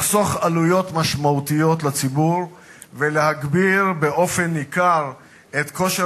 לחסוך עלויות משמעותיות לציבור ולהגביר באופן ניכר את כושר